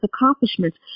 accomplishments